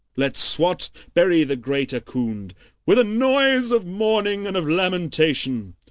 let swat bury the great ahkoond with a noise of mourning and of lamentation!